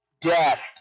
death